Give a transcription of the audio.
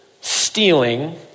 stealing